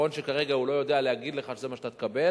נכון שכרגע הוא לא יודע להגיד לך שזה מה שאתה תקבל,